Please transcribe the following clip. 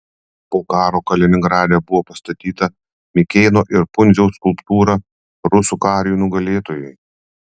po karo kaliningrade buvo pastatyta mikėno ir pundziaus skulptūra rusų kariui nugalėtojui